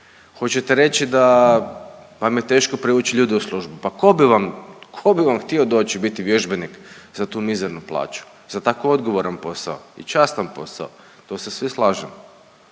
Hoćete reći da vam je teško privući ljude u službu? Pa ko bi vam, ko bi vam htio doći i biti vježbenik za tu mizernu plaću za tako odgovoran posao i častan posao, to se svi slažemo,